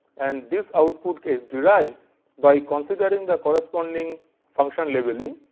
and this output is derived by considering the corresponding function levelling,